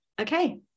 okay